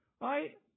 right